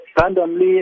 randomly